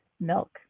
milk